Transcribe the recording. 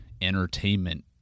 entertainment